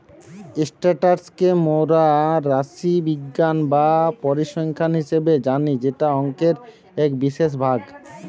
status কে মোরা রাশিবিজ্ঞান বা পরিসংখ্যান হিসেবে জানি যেটা অংকের এক বিশেষ ভাগ